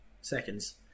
seconds